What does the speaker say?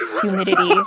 humidity